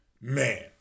man